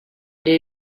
did